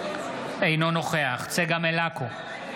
אינו נוכח צגה מלקו,